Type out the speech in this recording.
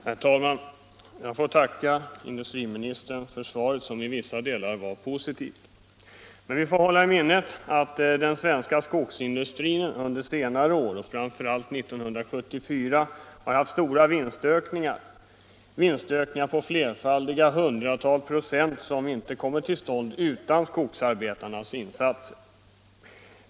Herr talman! Jag får tacka industriministern för svaret, som i vissa delar var positivt. Vi bör emellertid hålla i minnet att den svenska skogsindustrin under senare år — och framför allt under 1974 — har haft stora vinstökningar, på flera hundratal procent, vilka inte kommit till stånd utan skogsarbetarnas insatser.